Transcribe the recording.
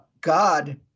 God